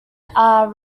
are